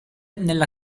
nella